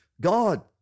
God